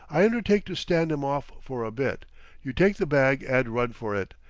i undertake to stand em off for a bit you take the bag and run for it.